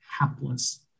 hapless